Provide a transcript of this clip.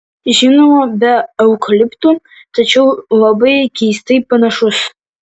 žinoma be eukaliptų tačiau labai keistai panašus